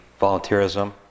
volunteerism